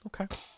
okay